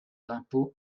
d’impôts